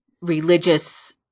religious